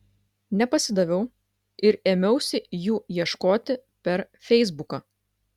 nepasidaviau ir ėmiausi jų ieškoti per feisbuką